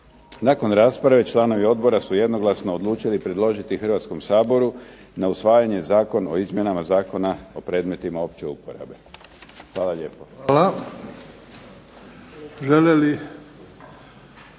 Nakon rasprave članovi odbora su jednoglasno odlučili predložiti Hrvatskom saboru na usvajanje Zakon o izmjenama Zakona o predmetima opće uporabe. Hvala lijepo.